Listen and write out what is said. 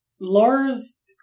Lars